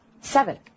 Seven